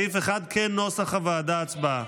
סעיף 1 כנוסח הוועדה, הצבעה.